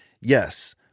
Yes